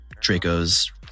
Draco's